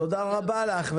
תודה רבה לך.